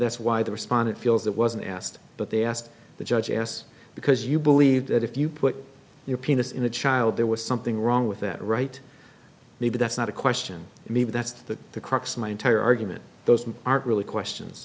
that's why the respondent feels it wasn't asked but they asked the judge yes because you believe that if you put your penis in a child there was something wrong with that right maybe that's not a question maybe that's the the crux of my entire argument those aren't really questions